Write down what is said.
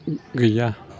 गैया